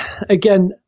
again